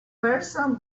person